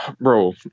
Bro